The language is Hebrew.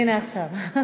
הנה, עכשיו.